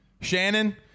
shannon